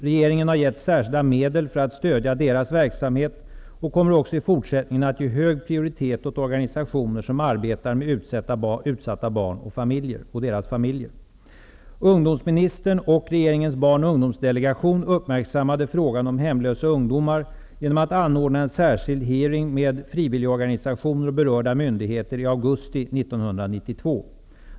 Regeringen har gett särskilda medel för att stödja deras verksamhet och kommer också i fortsättningen att ge hög prioritet åt organisationer som arbetar med utsatta barn och deras familjer. Ungdomsministern och regeringens Barn och ungdomsdelegation uppmärksammade frågan om hemlösa ungdomar genom att anordna en särskild hearing med frivilligorganisationer och berörda myndigheter i augusti 1992.